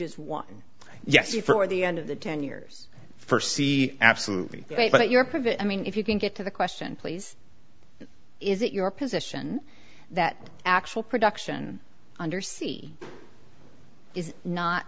is one yes before the end of the ten years for see absolutely but your pivot i mean if you can get to the question please is it your position that actual production under sea is not